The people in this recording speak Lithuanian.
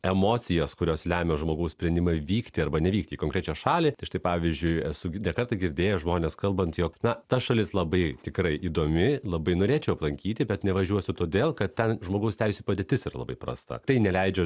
emocijas kurios lemia žmogaus sprendimą vykti arba nevykti į konkrečią šalį štai pavyzdžiui esu ne kartą girdėjęs žmones kalbant jog na ta šalis labai tikrai įdomi labai norėčiau aplankyti bet nevažiuosiu todėl kad ten žmogaus teisių padėtis yra labai prasta tai neleidžia